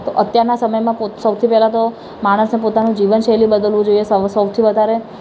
તો અત્યારના સમયમાં પોત સૌથી પહેલાં તો માણસે પોતાનું જીવનશૈલી બદલવું જોઈએ સૌ સૌથી વધારે